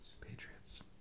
Patriots